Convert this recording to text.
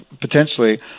potentially